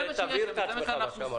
זה --- אז תבהיר את מה שאמרת.